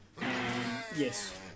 Yes